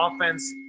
offense